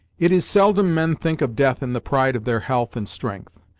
it is seldom men think of death in the pride of their health and strength.